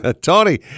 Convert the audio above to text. Tony